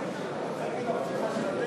הצעת סיעת ש"ס